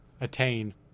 attain